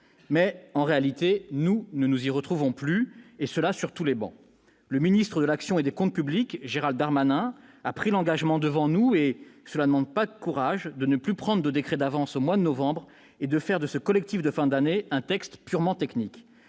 Mais, en réalité, nous ne nous y retrouvons plus, et cela sur toutes les travées. Le ministre de l'action et des comptes publics, Gérald Darmanin, a pris l'engagement devant nous- cela ne manque pas de courage -de ne plus prendre de décrets d'avance au mois de novembre et de faire du collectif de fin d'année un texte purement technique.